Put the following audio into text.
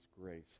grace